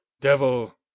Devil